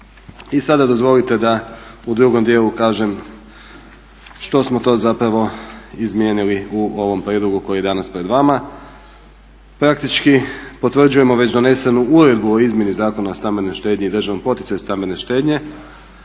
I sada dozvolite da u drugom dijelu kažem što smo to izmijenili u ovom prijedlogu koji je danas pred vama. Praktički potvrđujemo već donesenu uredbu o izmjeni Zakona o stambenoj štednji i državnom poticaju stambene štednje,